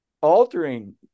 altering